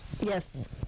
Yes